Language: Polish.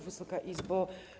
Wysoka Izbo!